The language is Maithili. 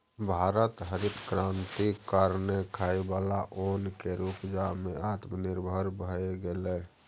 भारत हरित क्रांति कारणेँ खाइ बला ओन केर उपजा मे आत्मनिर्भर भए गेलै